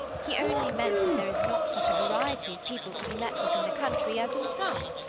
he only meant that there is not such a variety of people to be met with in the country as in town,